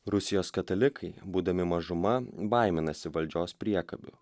rusijos katalikai būdami mažuma baiminasi valdžios priekabių